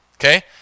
Okay